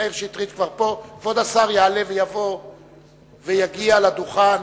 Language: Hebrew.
כבוד השר יעלה ויבוא ויגיע לדוכן